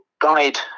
guide